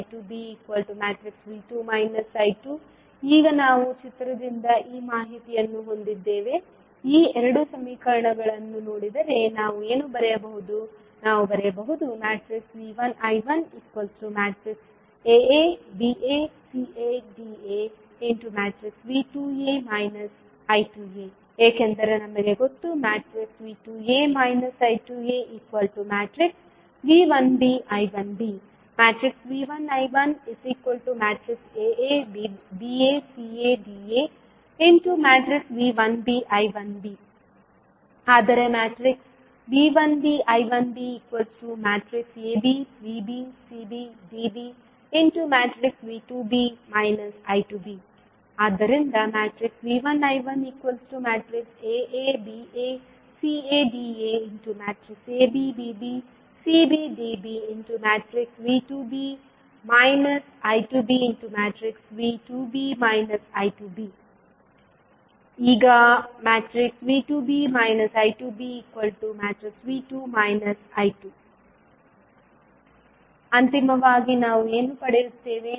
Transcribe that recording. V2b I2b V2 I2 ಈಗ ನಾವು ಚಿತ್ರದಿಂದ ಈ ಮಾಹಿತಿಯನ್ನು ಹೊಂದಿದ್ದೇವೆ ಈ ಎರಡು ಸಮೀಕರಣಗಳನ್ನು ನೋಡಿದರೆ ನಾವು ಏನು ಬರೆಯಬಹುದು ನಾವು ಬರೆಯಬಹುದು V1 I1 Aa Ba Ca Da V2a I2a ಏಕೆಂದರೆ ನಮಗೆ ಗೊತ್ತು V2a I2a V1b I1b V1 I1 Aa Ba Ca Da V1b I1b ಆದರೆ V1b I1b Ab Bb Cb Db V2b I2b ಆದ್ದರಿಂದ V1 I1 Aa Ba Ca Da Ab Bb Cb Db V2b I2b ವಿ2 B ನಾನು2 B ಈಗ V2b I2b V2 I2 ಅಂತಿಮವಾಗಿ ನಾವು ಏನು ಪಡೆಯುತ್ತೇವೆ